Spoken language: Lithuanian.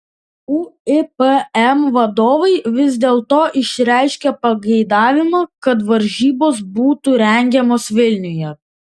uipm vadovai vis dėlto išreiškė pageidavimą kad varžybos būtų rengiamos vilniuje